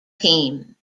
team